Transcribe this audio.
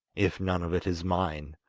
if none of it is mine?